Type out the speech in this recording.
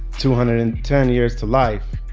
two hundred and ten years to life.